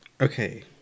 Okay